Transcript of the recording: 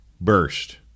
burst